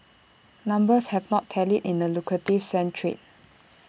numbers have not tallied in the lucrative sand trade